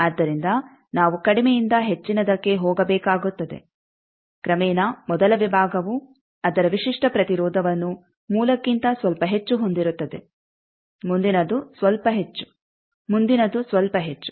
ಆದ್ದರಿಂದ ನಾವು ಕಡಿಮೆಯಿಂದ ಹೆಚ್ಚಿನದಕ್ಕೆ ಹೋಗಬೇಕಾಗುತ್ತದೆ ಕ್ರಮೇಣ ಮೊದಲ ವಿಭಾಗವು ಅದರ ವಿಶಿಷ್ಟ ಪ್ರತಿರೋಧವನ್ನು ಮೂಲಕ್ಕಿಂತ ಸ್ವಲ್ಪ ಹೆಚ್ಚು ಹೊಂದಿರುತ್ತದೆ ಮುಂದಿನದು ಸ್ವಲ್ಪ ಹೆಚ್ಚು ಮುಂದಿನದು ಸ್ವಲ್ಪ ಹೆಚ್ಚು